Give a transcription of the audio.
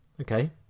okay